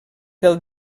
del